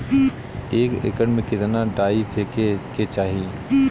एक एकड़ में कितना डाई फेके के चाही?